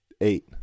eight